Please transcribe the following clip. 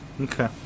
Okay